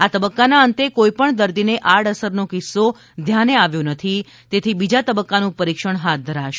આ તબક્કાના અંતે કોઇપણ દર્દીને આડઅસરનો કિસ્સો ધ્યાને આવ્યો નથી તેથી બીજા તબક્કાનું પરિક્ષણ હાથ ધરાશે